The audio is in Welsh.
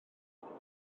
cafodd